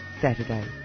Saturday